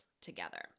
together